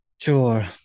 Sure